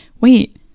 wait